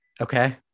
Okay